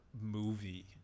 movie